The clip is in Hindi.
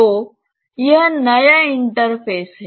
तो यह नया इंटरफ़ेस है